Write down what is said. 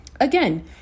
Again